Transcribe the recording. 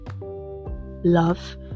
love